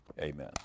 Amen